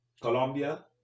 colombia